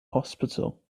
hospital